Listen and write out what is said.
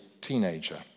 teenager